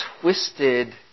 twisted